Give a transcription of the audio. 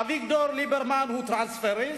אביגדור ליברמן הוא טרנספריסט,